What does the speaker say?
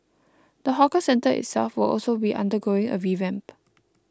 the hawker centre itself will also be undergoing a revamp